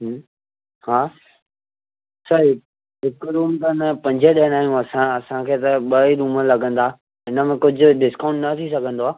हम्म हा अच्छा हिकु हिकु रूम त हिन में पंज ॼणा आहियूं असां असांखे त ॿ ई रूम लॻंदा हिन में कुझु डिस्काउंट न थी सघंदो आहे